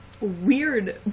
weird